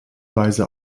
weise